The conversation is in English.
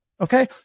Okay